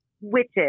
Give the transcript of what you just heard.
witches